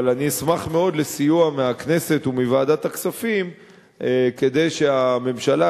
אבל אני אשמח מאוד על סיוע מהכנסת ומוועדת הכספים כדי שהממשלה